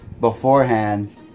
beforehand